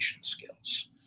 skills